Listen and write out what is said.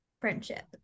friendship